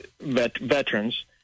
veterans